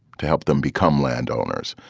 to help them become landowners,